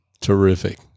Terrific